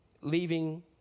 leaving